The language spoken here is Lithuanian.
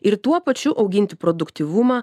ir tuo pačiu auginti produktyvumą